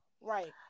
Right